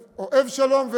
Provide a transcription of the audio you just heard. אתה לא אוהב שלום?